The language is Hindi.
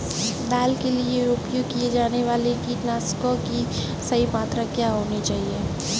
दाल के लिए उपयोग किए जाने वाले कीटनाशकों की सही मात्रा क्या होनी चाहिए?